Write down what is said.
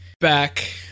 back